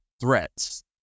threats